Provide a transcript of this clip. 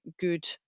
good